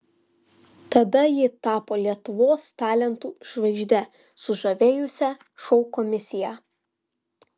tada ji tapo lietuvos talentų žvaigžde sužavėjusia šou komisiją